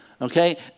Okay